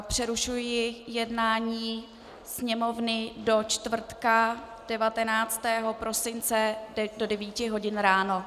Přerušuji jednání Sněmovny do čtvrtka 19. prosince do 9 hodin ráno.